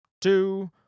two